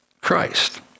Christ